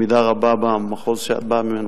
במידה רבה במחוז שאת באה ממנו,